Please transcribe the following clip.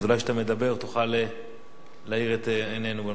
אז אולי כשאתה מדבר תוכל להאיר את עינינו בנושא.